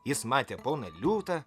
jis matė poną liūtą